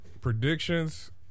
predictions